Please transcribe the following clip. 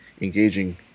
engaging